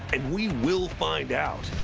and we will find out.